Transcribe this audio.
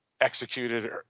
executed